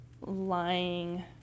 lying